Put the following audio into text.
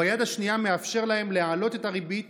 וביד השנייה מאפשר להם להעלות את הריבית